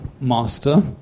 Master